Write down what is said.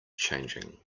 changing